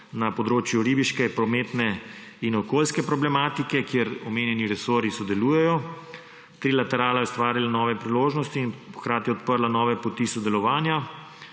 na področju ribiške, prometne in okoljske problematike, kjer omenjeni resorji sodelujejo. Trilaterala je ustvarila nove priložnosti in hkrati odprla nove poti sodelovanja